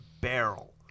barrel